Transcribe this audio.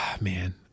man